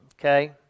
Okay